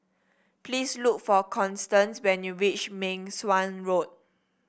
please look for Constance when you reach Meng Suan Road